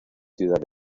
ciudad